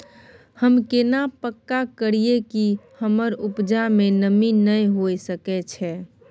हम केना पक्का करियै कि हमर उपजा में नमी नय होय सके छै?